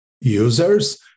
users